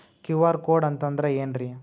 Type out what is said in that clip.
QR code ಅಂತಂದ್ರ ಏನ್ರೀ?